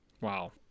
Wow